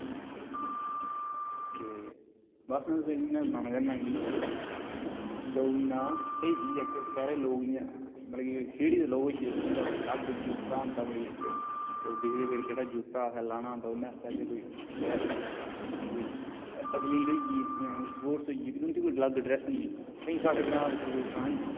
ते बस में तुसेंगी इयै सनाना चाहन्ना कि दौड़ना स्हेई चीज ऐ शैहरें दे लोक इयां मतलब कि सिटी दे लोक होई गे उन्दा अलग जुत्ता होंदा कोई ओह् दिक्खदे फिर केहड़ा जुता असें लाना होंदा दौडने आस्तै ते कोई ड्रेस कोई अथलीट होई गे इयां स्पोटस होई गे फिर उन्दे कोल अलग ड्रेस होंदी ते साढ़े ग्रां च तुसें गी सनां नेई